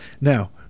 Now